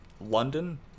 London